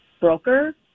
broker